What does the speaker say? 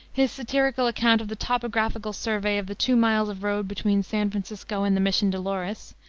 his satirical account of the topographical survey of the two miles of road between san francisco and the mission dolores,